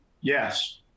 Yes